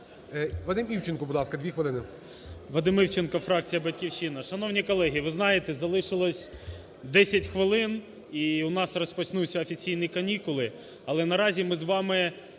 Вадим Івченко, будь ласка, дві хвилини. 17:47:40 ІВЧЕНКО В.Є. Вадим Івченко, фракція "Батьківщина". Шановні колеги, ви знаєте, залишилося 10 хвилин, і у нас розпочнуться офіційні канікули, але наразі ми з вами,